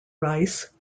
rice